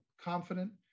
confident